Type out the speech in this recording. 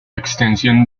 extensión